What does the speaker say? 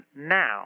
now